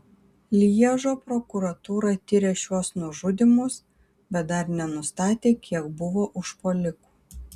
lježo prokuratūra tiria šiuos nužudymus bet dar nenustatė kiek buvo užpuolikų